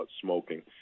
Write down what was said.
smoking